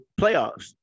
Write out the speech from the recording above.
playoffs